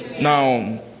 Now